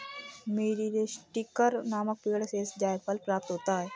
मीरीस्टिकर नामक पेड़ से जायफल प्राप्त होता है